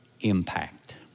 impact